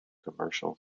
commercial